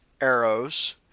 arrows